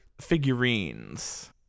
figurines